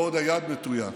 ועוד היד נטויה.